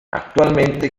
actualmente